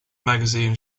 magazine